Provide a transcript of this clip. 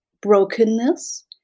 brokenness